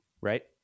right